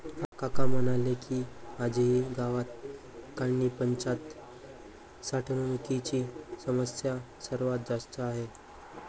काका म्हणाले की, आजही गावात काढणीपश्चात साठवणुकीची समस्या सर्वात जास्त आहे